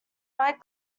night